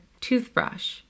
toothbrush